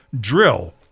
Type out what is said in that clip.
drill